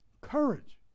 courage